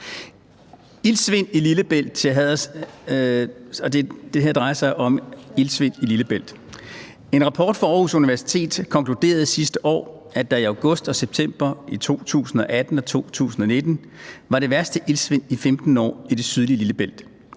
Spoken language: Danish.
Sjøberg (RV): Tak. Det her drejer sig om iltsvind i Lillebælt. En rapport fra Aarhus Universitet sidste år konkluderede, at der i august og september i 2018 og 2019 var det værste iltsvind i 15 år i det sydlige Lillebælt,